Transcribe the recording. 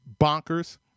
bonkers